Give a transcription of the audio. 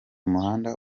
muhanda